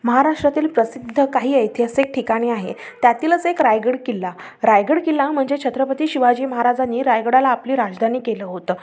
महाराष्ट्रातील प्रसिद्ध काही ऐतिहासिक ठिकाणी आहे त्यातीलच एक रायगड किल्ला रायगड किल्ला म्हणजे छत्रपती शिवाजी महाराजानी रायगडाला आपली राजधानी केलं होतं